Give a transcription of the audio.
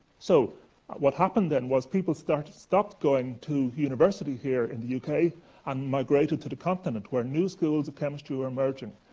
so what happened then was people stopped stopped going to university here in the uk and migrated to the continent, where new schools of chemistry were emerging.